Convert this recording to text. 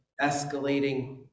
escalating